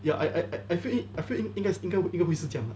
ya I I I I feel I feel 应应该会应该会是这样 lah